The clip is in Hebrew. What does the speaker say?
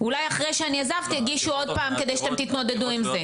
ואולי אחרי שאני עזבתי הגישו עוד פעם כדי שאתם תתמודדו עם זה.